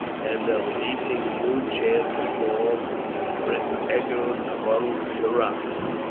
and of an evening rude chants of gaul and britain echoed among the rocks.